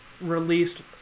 released